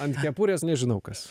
ant kepurės nežinau kas